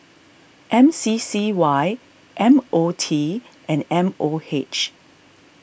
M C C Y M O T and M O H